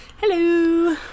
Hello